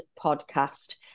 podcast